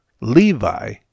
Levi